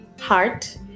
heart